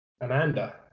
Amanda